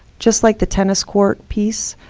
just like the tennis court piece,